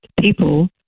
people